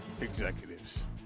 executives